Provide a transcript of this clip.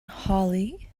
hollie